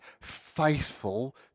faithful